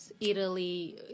Italy